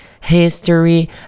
history